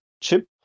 chip